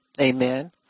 Amen